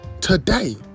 today